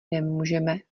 nemůžeme